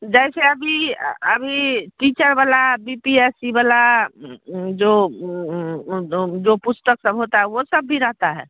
जैसे अभी अभी टीचर वाला बी पी एस सी वाला जो जो पुस्तक सब होता है वो सब भी रहता है